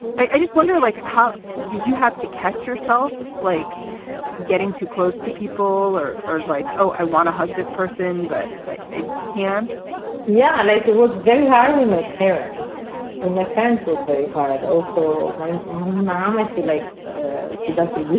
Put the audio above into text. i i just wonder, like, how did you have to catch yourself, like getting too close to people or or like, oh, i want to hug this person, but i can't yeah. like it was very hard when my parents when my parents was very hard. also my my mom, i feel like she doesn't